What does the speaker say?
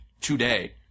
today